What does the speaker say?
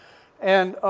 and